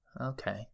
Okay